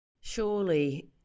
Surely